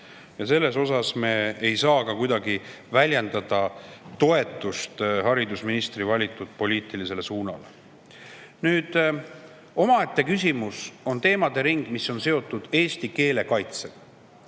selles osas me ei saa ka kuidagi väljendada toetust haridusministri valitud poliitilisele suunale. Nüüd, omaette küsimus on teemade ring, mis on seotud eesti keele kaitsega.